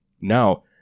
Now